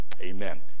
Amen